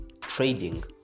trading